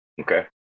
Okay